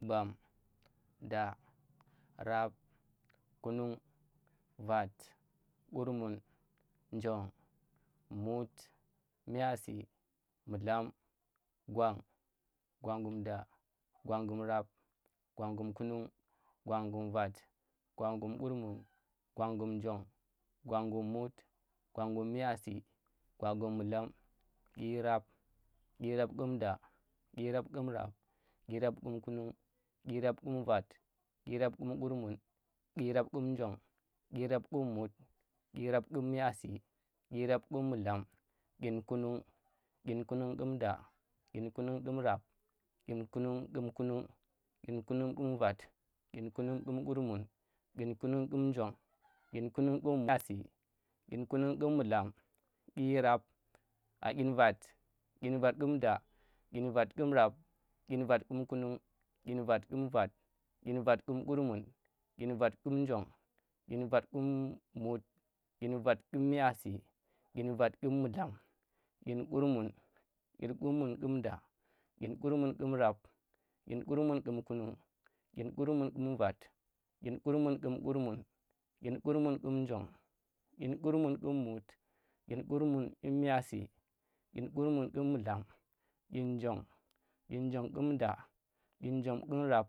Bam, da, rab, kunung, vat, kurmun, njong, mut, miyasi, mullam, gwan, gwan gumda gwangumrab, gwangumkunun gwangumvat gwangumkurmun gwangumnjog gwangum mut gwangummiyasi, gwangummudlam, dyirab, dyirab ƙum da, dyirab kum rab, dyirab kum kunung, dyirab kum vat, dyirab kum kurmun, dyirab ƙum njogu, dyirab ƙum mut, dyirab kum miyasi dyirap ƙum mu̱llam dyinkunun, dyinkunun ƙum da dyinƙunng ƙum rab, dyinkunug ƙum kunung, dyin kunung ƙum vat, dyin kunung ƙum kurmun dyin kunung, dyin kunung ƙum mullam, dyirab an dyinvat. Dyinvat ƙum da dyinvat ƙum rab, dyin vat kum kunung dyinvat ƙum kurmun dyinvat ƙum njong, dyinvat ƙum mut dyinvat kum miyasi, dyinvat kum mullam dyinkurmun. Dyinkurmun ƙum da, dyinkurmun ƙum rab, dyinkurmun ƙum kunung dyinkurmun ƙum vat. dyinkurmun kum kurmun dyinkurmung ƙum njong dyinkurmun ƙum mut, dyinkurmun ƙum miyasi, dyinkurmun ƙum mullam, dyinjong, dyinjong ƙum da, dyinjong ƙum rab